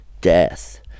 Death